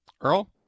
Earl